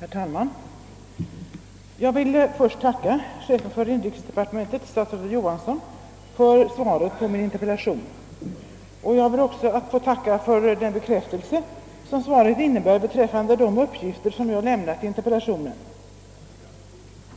Herr talman! Jag vill först tacka chefen för inrikesdepartementet, statsrådet Johansson, för svaret på min interpellation samt för den bekräftelse på mina uppgifter i interpellationen som